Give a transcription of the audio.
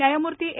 न्यायमूर्ती ए